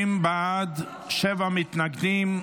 30 בעד, שבעה מתנגדים.